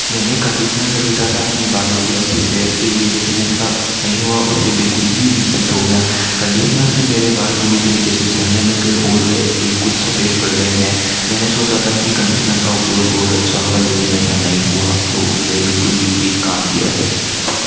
मैंने कंडीसनर ख़रीदा था अपनी बालों की अच्छी सेहत के लिए लेकिन ऐसा नहीं हुआ उसके बिल्कुल ही विपरीत हो गया कंडीसनर से मेरे बाल पूरी तरीके से झड़ने लग गये और वे बिल्कुल सफ़ेद पड़ गये हैं मैंने सोचा था कि कंडीसनर का उपयोग बहुत अच्छा होगा लेकिन ऐसा नहीं हुआ वह उसके बिल्कुल विपरीत काम किया है